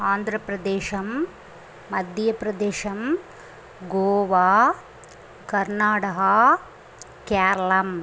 ஆந்திரப்பிரதேஷம் மத்தியப்பிரதேஷம் கோவா கர்நாடகா கேரளம்